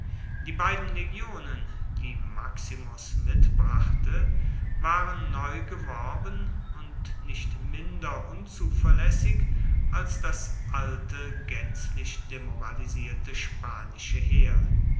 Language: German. die beiden legionen die maximus mitbrachte waren neu geworben und nicht viel minder unzuverlässig als das alte gänzlich demoralisierte spanische heer